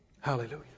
Hallelujah